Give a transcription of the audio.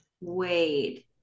Wade